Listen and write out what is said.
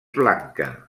blanca